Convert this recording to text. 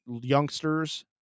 youngsters